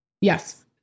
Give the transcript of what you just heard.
Yes